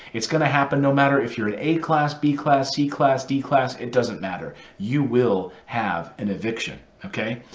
it's going to happen no matter if you're a class, b class, c class, d class, it doesn't matter. you will have an eviction. ok.